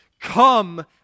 Come